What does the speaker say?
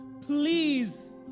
Please